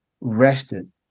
rested